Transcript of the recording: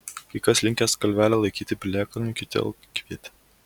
kai kas linkęs kalvelę laikyti piliakalniu kiti alkviete